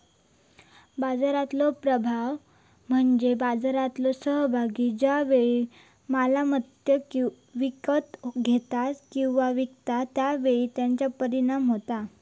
बाजारातलो प्रभाव म्हणजे बाजारातलो सहभागी ज्या वेळी मालमत्ता विकत घेता किंवा विकता त्या वेळी त्याचा परिणाम होता